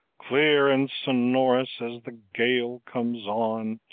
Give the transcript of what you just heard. clear and sonorous, as the gale comes on!